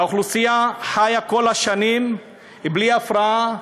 האוכלוסייה חיה כל השנים בלי הפרעה,